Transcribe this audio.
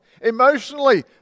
Emotionally